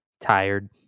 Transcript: Tired